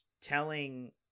telling